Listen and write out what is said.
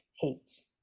hates